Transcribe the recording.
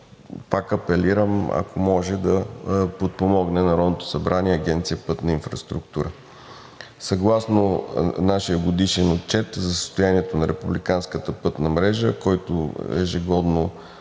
пак апелирам, ако може, Народното събрание да подпомогне Агенция „Пътна инфраструктура“. Съгласно нашия годишен отчет за състоянието на републиканската пътна мрежа, който ежегодно